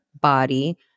body